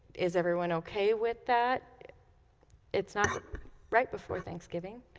is everyone okay with that it's not right before thanksgiving.